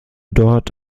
dort